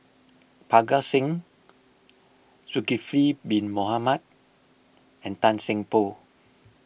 Parga Singh Zulkifli Bin Mohamed and Tan Seng Poh